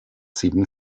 sieben